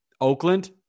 Oakland